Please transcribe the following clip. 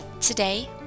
Today